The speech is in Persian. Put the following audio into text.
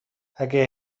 اگه